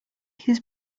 his